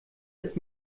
ist